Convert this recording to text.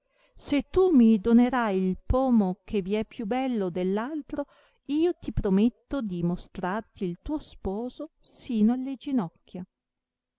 se tu mi donerai il pomo che è vie più bello dell altro io ti prometto di mostrarti il tuo sposo sino alle ginocchia